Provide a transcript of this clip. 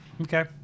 Okay